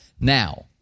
now